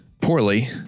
poorly